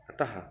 अतः